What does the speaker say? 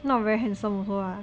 not very handsome also ah